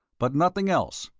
but nothing else?